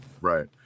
Right